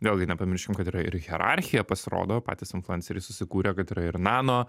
vėlgi nepamirškim kad yra ir hierarchija pasirodo patys influenceriai susikūrė kad yra ir nano